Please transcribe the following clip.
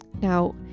Now